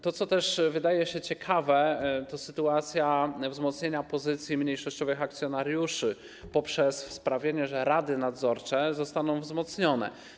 To, co też wydaje się ciekawe, to sytuacja wzmocnienia pozycji mniejszościowych akcjonariuszy poprzez sprawienie, że rady nadzorcze zostaną wzmocnione.